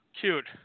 cute